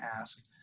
ask